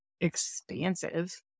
expansive